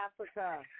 Africa